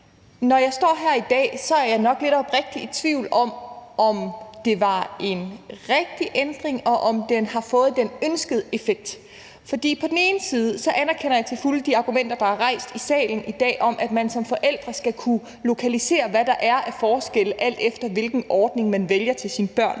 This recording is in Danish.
Når jeg står her i dag, er jeg nok lidt oprigtigt i tvivl om, om det var en rigtig ændring, og om den har fået den ønskede effekt. På den ene side anerkender jeg til fulde de argumenter, der er rejst i salen i dag, om, at man som forældre skal kunne lokalisere, hvad der er af forskelle, alt efter hvilken ordning man vælger til sine børn.